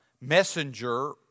messenger